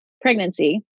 pregnancy